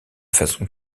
façon